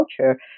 culture